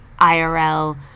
IRL